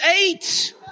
eight